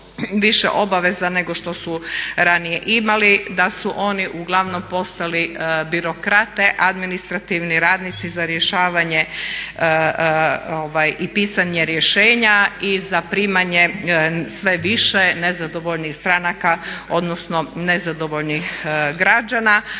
više obaveza nego što su ranije imali, da su oni uglavnom postali birokrate, administrativni radnici za rješavanje i pisanje rješenja i zaprimanje sve više nezadovoljnih stranaka odnosno nezadovoljnih građana.